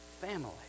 family